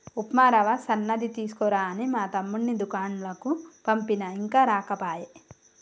ఉప్మా రవ్వ సన్నది తీసుకురా అని మా తమ్ముణ్ణి దూకండ్లకు పంపిన ఇంకా రాకపాయె